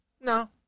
No